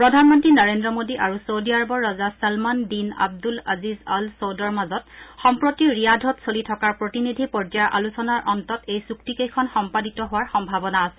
প্ৰধানমন্ত্ৰী নৰেন্দ্ৰ মোদী আৰু ছোদি আৰৱৰ ৰজা ছলমান দিন আব্দুল আজিজ অল ছৌদৰ মাজত সম্প্ৰতি ৰিয়াধত চলি থকা প্ৰতিনিধি পৰ্যায়ৰ আলোচনা অন্তত এই চুক্তি কেইখন সম্পাদিত হোৱাৰ সম্ভাৱনা আছে